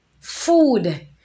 food